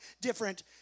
different